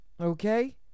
Okay